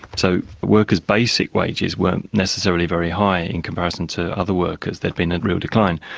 so workers' basic wages weren't necessarily very high in comparison to other workers, they'd been in real decline,